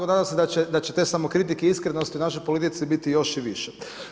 Nadam se da će te samokritike i iskrenosti u našoj politici biti još i više.